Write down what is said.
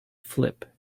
flip